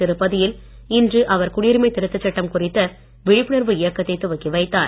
திருப்பதியில் இன்று அவர் குடியுரிமை திருத்தச் சட்டம் குறித்த விழிப்புணர்வு இயக்கத்தை துவக்கி வைத்தார்